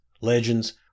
legends